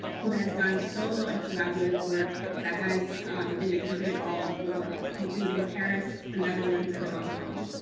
who has done solo and collaborative work that has been exhibited all of the world, including paris, the netherlands and hong kong.